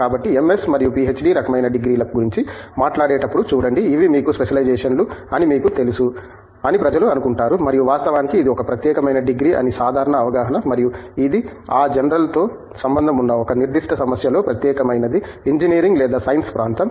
కాబట్టి మేము MS మరియు PhD రకమైన డిగ్రీల గురించి మాట్లాడేటప్పుడు చూడండి ఇవి మీకు స్పెషలైజేషన్లు అని మీకు తెలుసు అని ప్రజలు అనుకుంటారు మరియు వాస్తవానికి ఇది ఒక ప్రత్యేకమైన డిగ్రీ అని సాధారణ అవగాహన మరియు ఇది ఆ జనరల్తో సంబంధం ఉన్న ఒక నిర్దిష్ట సమస్యలో ప్రత్యేకమైనది ఇంజనీరింగ్ లేదా సైన్స్ ప్రాంతం